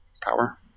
power